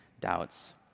doubts